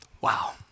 Wow